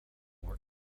were